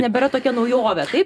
nebėra tokia naujovė taip